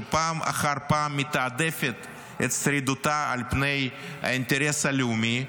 שפעם אחר פעם מתעדפת את שרידותה על פני האינטרס הלאומי,